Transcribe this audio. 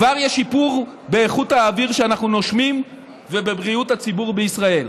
כבר יש שיפור באיכות האוויר שאנחנו נושמים ובבריאות הציבור בישראל.